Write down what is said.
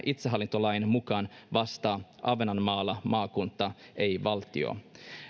itsehallintolain mukaan vastaa ahvenenmaalla maakunta ei valtio